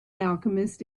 alchemist